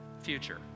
future